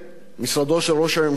משרדו של ראש הממשלה,